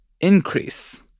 increase